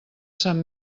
sant